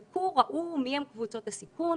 בדקו, ראו מי הן קבוצות הסיכון